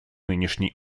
нынешней